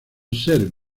ser